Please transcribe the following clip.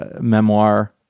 memoir